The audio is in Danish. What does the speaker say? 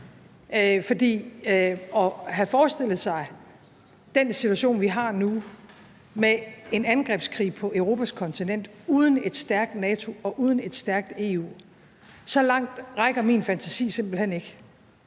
At have forestillet sig den situation med en angrebskrig på det europæiske kontinent, som vi har nu, uden et stærkt NATO og uden et stærkt EU – så langt rækker min fantasi simpelt hen ikke.